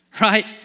right